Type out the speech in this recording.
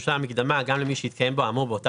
שתשולם המקדמה גם למי שהתקיים בו האמור באותה